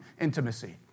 intimacy